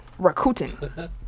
Rakuten